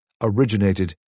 originated